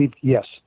Yes